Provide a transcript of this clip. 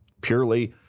purely